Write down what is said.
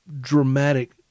dramatic